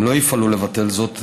אם לא יפעלו לבטל זאת,